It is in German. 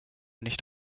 nicht